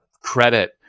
credit